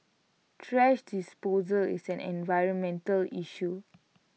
thrash disposal is an environmental issue